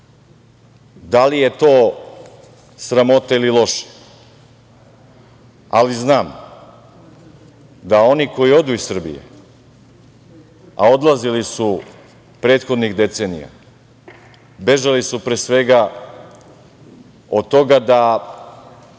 da li je to sramota ili loše, ali znam da oni koji odu iz Srbije, a odlazili su prethodnih decenija, bežali su pre svega od toga da